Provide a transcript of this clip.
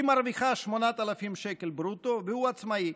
היא מרוויחה 8,000 שקל ברוטו, והוא עצמאי.